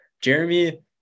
Jeremy